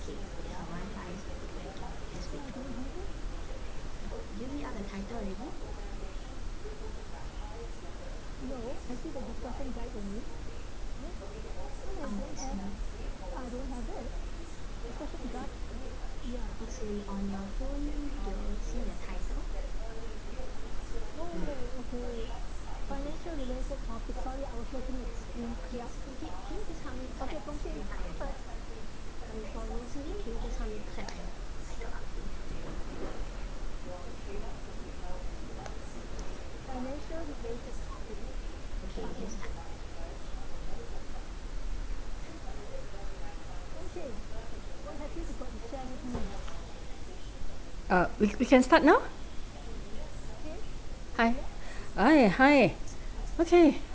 ugh we can we can start now hi hi okay